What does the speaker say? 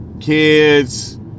kids